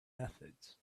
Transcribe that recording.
methods